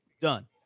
Done